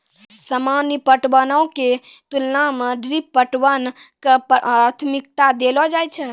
सामान्य पटवनो के तुलना मे ड्रिप पटवन के प्राथमिकता देलो जाय छै